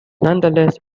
nonetheless